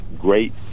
great